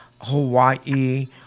Hawaii